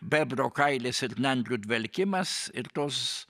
bebro kailis ir nendrių dvelkimas ir tos